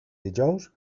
dijous